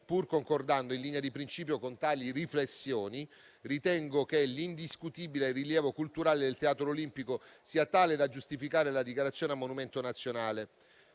Pur concordando in linea di principio con tali riflessioni, ritengo che l'indiscutibile rilievo culturale del Teatro Olimpico sia tale da giustificare la dichiarazione di monumento nazionale;